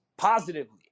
Positively